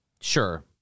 Sure